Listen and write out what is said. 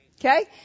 Okay